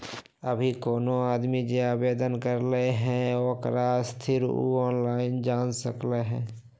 अभी कोनो आदमी जे आवेदन करलई ह ओकर स्थिति उ ऑनलाइन जान सकलई ह